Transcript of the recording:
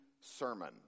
sermon